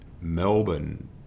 Melbourne